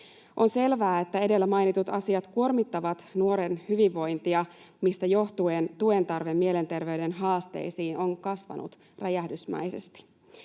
On selvää, että edellä mainitut asiat kuormittavat nuoren hyvinvointia, mistä johtuen tuen tarve mielenterveyden haasteisiin on kasvanut räjähdysmäisesti.